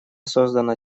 создана